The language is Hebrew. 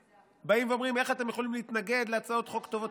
באים ואומרים: איך אתם יכולים להתנגד להצעות חוק טובות?